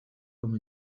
com